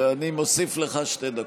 ואני מוסיף לך שתי דקות,